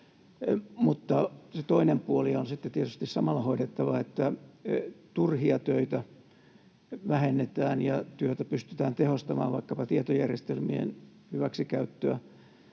on sitten tietysti samalla hoidettava se toinen puoli, että turhia töitä vähennetään ja työtä pystytään tehostamaan — vaikkapa tietojärjestelmien hyväksikäyttöä,